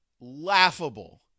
laughable